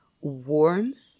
warmth